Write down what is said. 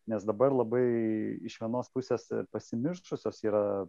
nes dabar labai iš vienos pusės pasimiršusios yra